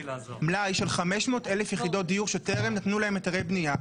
יש מלאי של 500,000 יחידות דיור שטרם נתנו להן היתרי בנייה,